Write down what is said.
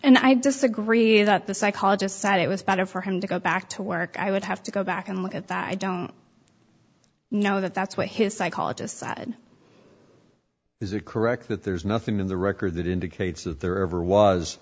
and i disagree that the psychologist said it was better for him to go back to work i would have to go back and look at that i don't know that that's what his psychologist said is it correct that there's nothing in the record that indicates that there ever was